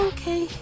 Okay